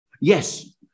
Yes